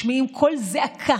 משמיעים קול זעקה: